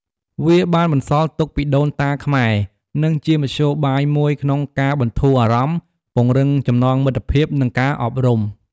វាបានបន្សល់ទុកពីដូនតាខ្មែរ និងជាមធ្យោបាយមួយក្នុងការបន្ធូរអារម្មណ៍ ពង្រឹងចំណងមិត្តភាព និងការអប់រំ។